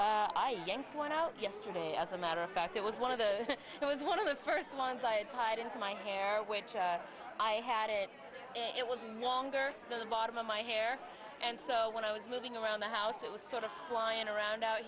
yanked went out yesterday as a matter of fact it was one of the it was one of the first ones i had tied into my hair which i had it it was no longer the bottom of my hair and so when i was moving around the house it was sort of flying around out